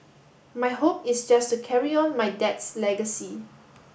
my hope is just to carry on my dad's legacy